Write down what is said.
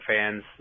fans